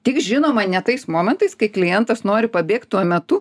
tik žinoma ne tais momentais kai klientas nori pabėgt tuo metu